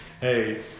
hey